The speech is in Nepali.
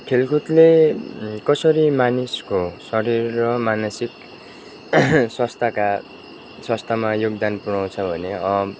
खेलकुदले कसरी मानिसको शरीर र मानसिक स्वास्थ्यका स्वास्थ्यमा योगदान पुऱ्याउँछ भने